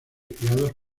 criados